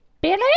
Billy